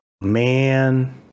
Man